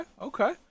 okay